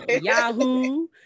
Yahoo